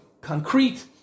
concrete